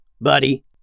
buddy